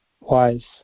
wise